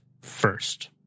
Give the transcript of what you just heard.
first